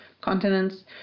continents